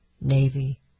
Navy